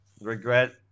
regret